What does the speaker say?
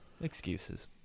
excuses